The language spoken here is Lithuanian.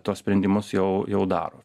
tuos sprendimus jau jau daro